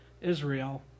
Israel